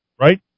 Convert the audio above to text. right